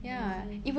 amazing